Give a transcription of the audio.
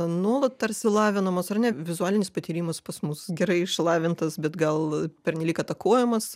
nuolat tarsi lavinamos ar ne vizualinis patyrimas pas mus gerai išlavintas bet gal pernelyg atakuojamas